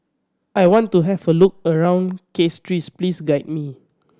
I want to have a look around Castries please guide me